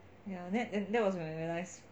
ya then and that was when I realised